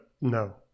No